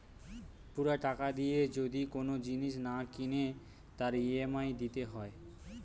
পুরা টাকা দিয়ে যদি কোন জিনিস না কিনে তার ই.এম.আই দিতে হয়